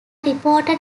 reported